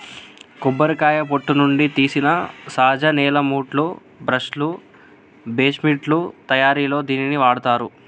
కొబ్బరికాయ పొట్టు నుండి తీసిన సహజ నేల మాట్లు, బ్రష్ లు, బెడ్శిట్లు తయారిలో దీనిని వాడతారు